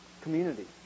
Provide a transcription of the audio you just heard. community